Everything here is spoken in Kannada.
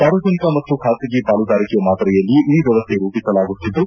ಸಾರ್ವಜನಿಕ ಮತ್ತು ಬಾಸಗಿ ಪಾಲುದಾರಿಕೆ ಮಾದರಿಯಲ್ಲಿ ಈ ವ್ಕವಸ್ಥೆ ರೂಪಿಸಲಾಗುತ್ತಿದ್ದು